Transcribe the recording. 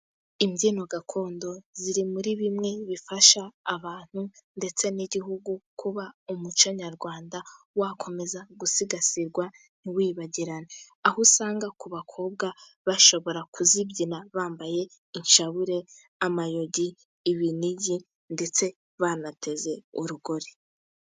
Imbyino gakondo ziri muri bimwe bifasha abantu ndetse n'igihugu kuba umuco Nyarwanda wakomeza gusigasirwa ntiwibagirane. Aho usanga ku bakobwa bashobora kuzibyina bambaye inshabure, amayogi, ibinigi ndetse banateze urugori.